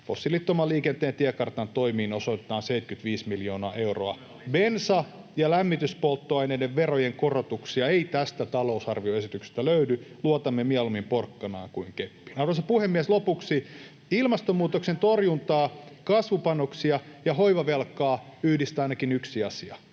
fossiilittoman liikenteen tiekartan toimiin osoitetaan 75 miljoonaa euroa. Bensa‑ ja lämmityspolttoaineiden verojen korotuksia ei tästä talousarvioesityksestä löydy. Luotamme mieluummin porkkanaan kuin keppiin. Arvoisa puhemies! Lopuksi: Ilmastomuutoksen torjuntaa, kasvupanoksia ja hoivavelkaa yhdistää ainakin yksi asia: